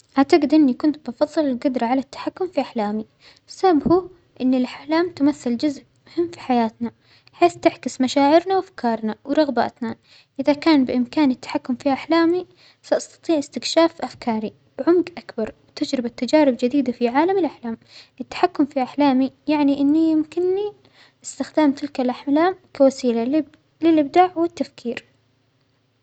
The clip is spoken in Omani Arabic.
أعتجد إنى كنت بفظل الجدرة على التحكم في أحلامى، والسبب هو أن الأحلام تمثل جزء مهم في حياتنا بحيث تعكس مشاعرنا وأفكارنا ورغباتنا، إذا كان بإمكانى التحكم في أحلامي سأستطيع إستكشاف أفكراى بعمج أكبر وتجربة تجارب جديدة في عالم الأحلام، التحكم في أحلامى يعنى أنه يمكننى أستخدام تلك اللأحلام كوسيلة للأب-للإبداع والتفكير.